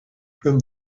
from